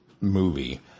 movie